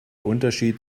unterschied